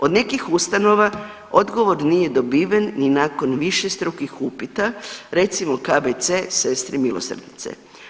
Od nekih ustanova odgovor nije dobiven ni nakon višestrukih upita recimo KBC Sestre milosrdnice.